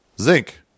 Zinc